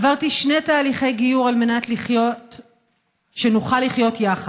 עברתי שני תהליכי גיור על מנת שנוכל לחיות יחד,